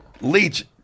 Leach